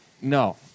No